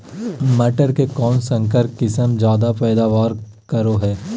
मटर के कौन संकर किस्म जायदा पैदावार करो है?